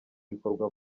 bikorwa